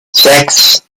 sechs